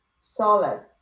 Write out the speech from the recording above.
solace